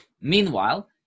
Meanwhile